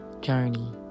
journey